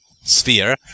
sphere